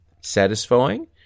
satisfying